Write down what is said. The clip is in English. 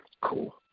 Cool